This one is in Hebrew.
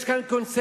יש כאן קונסנזוס,